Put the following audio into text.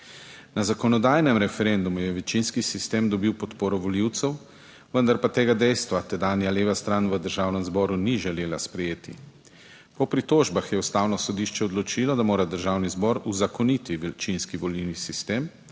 Na zakonodajnem referendumu je večinski sistem dobil podporo volivcev, vendar pa tega dejstva tedanja leva stran v Državnem zboru ni želela sprejeti. Po pritožbah je Ustavno sodišče odločilo, da mora Državni zbor uzakoniti večinski volilni sistem,